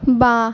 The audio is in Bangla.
বাঁ